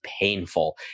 painful